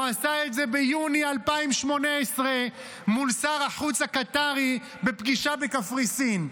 הוא עשה את זה ביוני 2018 מול שר החוץ הקטרי בפגישה בקפריסין.